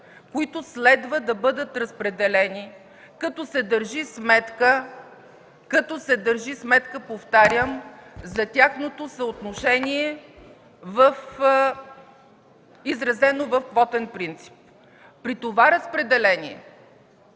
които следва да бъдат разпределени, като се държи сметка, повтарям: като се държи сметка за тяхното съотношение, изразено в квотен принцип. При това разпределение